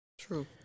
True